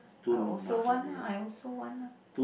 I also want ah I also want ah